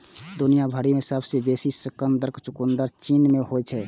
दुनिया भरि मे सबसं बेसी शकरकंदक उत्पादन चीन मे होइ छै